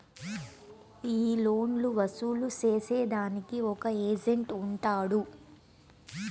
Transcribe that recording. ఈ లోన్లు వసూలు సేసేదానికి ఒక ఏజెంట్ ఉంటాడు